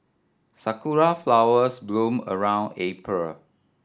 sakura flowers bloom around April